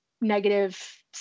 negative